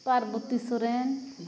Parbati Soren